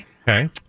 Okay